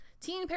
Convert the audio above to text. teen